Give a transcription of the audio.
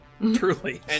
Truly